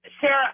Sarah